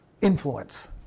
influence